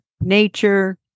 nature